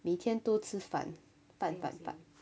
每天都吃饭饭饭饭